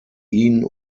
ihn